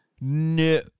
No